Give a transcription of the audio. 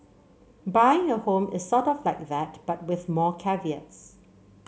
buying a home is sort of like that but with more caveats